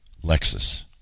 Lexus